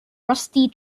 rusty